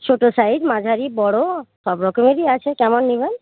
ছোট সাইজ মাঝারি বড় সবরকমেরই আছে কেমন নেবেন